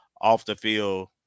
off-the-field